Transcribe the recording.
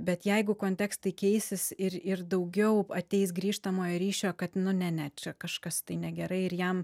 bet jeigu kontekstai keisis ir ir daugiau ateis grįžtamojo ryšio kad nu ne ne čia kažkas tai negerai ir jam